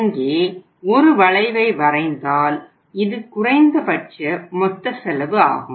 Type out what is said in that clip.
இங்கே ஒரு வளைவை வரைந்தால் இது குறைந்த பட்ச மொத்த செலவு ஆகும்